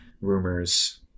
rumors